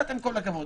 עם כל הכבוד.